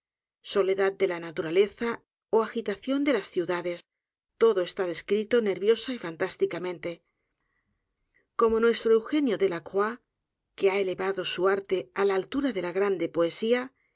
soledad de la naturaleza ó agitación de las ciudades todo está descrito nerviosa y fantásticamente como nuestro eugenio delacroix que ha elevado su arte á la altura de la grande poesía